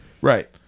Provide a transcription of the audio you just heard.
Right